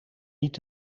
niet